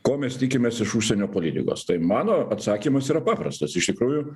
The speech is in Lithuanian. ko mes tikimės iš užsienio politikos tai mano atsakymas yra paprastas iš tikrųjų